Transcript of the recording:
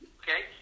okay